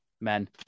men